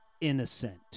innocent